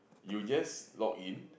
you just login